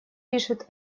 пишут